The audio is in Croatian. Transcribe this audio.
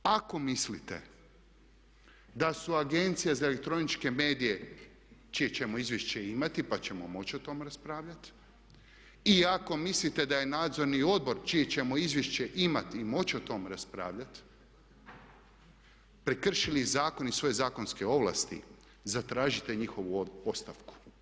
Ako mislite da su Agencija za elektroničke medije, čije ćemo izvješće imati, pa ćemo moći o tome raspravljati i ako mislite da je Nadzorni odbor čije ćemo izvješće imati i moći o tome raspravljati prekršili zakon i svoje zakonske ovlasti, zatražite njihovu ostavku.